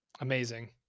Amazing